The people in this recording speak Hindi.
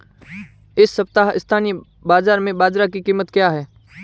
इस सप्ताह स्थानीय बाज़ार में बाजरा की कीमत क्या है?